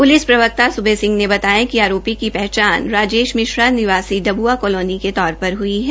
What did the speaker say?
police प्रवक्ता सुबे सिहं ने बताया कि आरोपी की पहचान राजेश मिश्रा निवासी डब्आ कालोनी के तौर पर हुई है